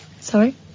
Sorry